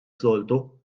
soltu